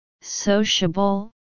sociable